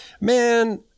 man